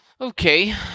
Okay